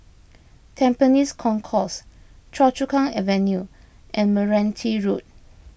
Tampines Concourse Choa Chu Kang Avenue and Meranti Road